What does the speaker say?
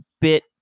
bit